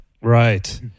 Right